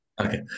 Okay